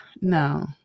no